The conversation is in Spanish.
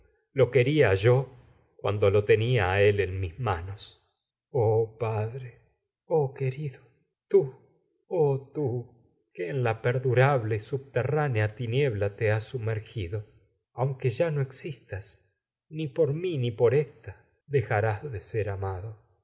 lo quería yo cuando lo tenía a él en mis manos pa dre oh querido oh tú que én la perdurable sub terránea tiniebla te has sumergido aunque ya no exis tas ni por mi ni por ésta dejarás de ser amado